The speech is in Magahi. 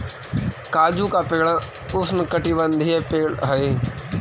काजू का पेड़ उष्णकटिबंधीय पेड़ हई